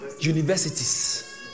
universities